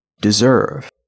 deserve